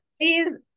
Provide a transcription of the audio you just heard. Please